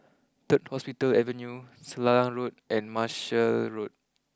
third Hospital Avenue Selarang Road and Marshall